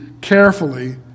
carefully